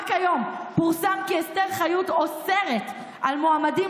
רק היום פורסם כי אסתר חיות אוסרת על מועמדים